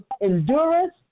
endurance